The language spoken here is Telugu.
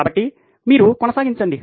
కాబట్టి మీరు కొనసాగించండి